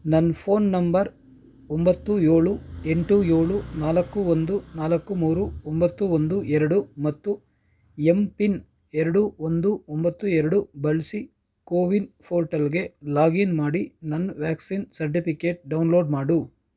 ನನ್ನ phone number ಒಂಬತ್ತು ಏಳು ಎಂಟು ಏಳು ನಾಲ್ಕು ಒಂದು ನಾಲ್ಕು ಮೂರು ಒಂಬತ್ತು ಒಂದು ಎರಡು ಮತ್ತು ಎಂ ಪಿನ್ ಎರಡು ಒಂದು ಒಂಬತ್ತು ಎರಡು ಬಳಸಿ ಕೋವಿನ್ ಫೋರ್ಟಲ್ಗೆ ಲಾಗಿನ್ ಮಾಡಿ ನನ್ನ ವ್ಯಾಕ್ಸಿನ್ ಸರ್ಟಿಫಿಕೇಟ್ ಡೌನ್ಲೋಡ್ ಮಾಡು